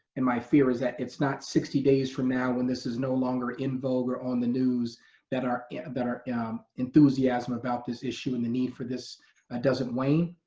and my fear is that it's not sixty days from now when this is no longer in vogue or on the news that our yeah that our enthusiasm about this issue and the need for this ah doesn't wane.